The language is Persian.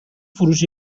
فروش